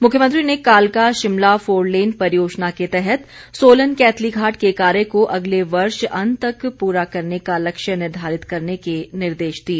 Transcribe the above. मुख्यमंत्री ने कालका शिमला फोरलेन परियोजना के तहत सोलन कैथलीघाट के कार्य को अगले वर्ष अंत तक पूरा करने का लक्ष्य निर्घारित करने के निर्देश दिए